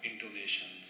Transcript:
intonations